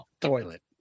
toilet